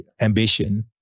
ambition